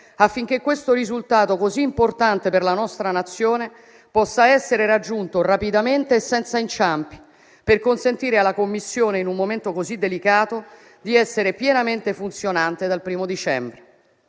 affinché questo risultato così importante per la nostra Nazione possa essere raggiunto rapidamente e senza inciampi, per consentire alla Commissione, in un momento così delicato, di essere pienamente funzionante dal 1° dicembre.